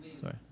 Sorry